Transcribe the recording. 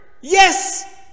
yes